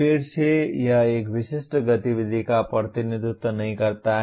फिर से यह एक विशिष्ट गतिविधि का प्रतिनिधित्व नहीं करता है